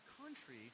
country